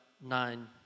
nine